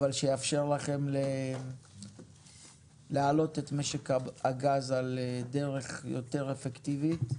אבל שיאפשר לכם להעלות את משק הגז על דרך יותר אפקטיבית.